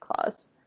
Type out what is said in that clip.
clause